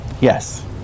yes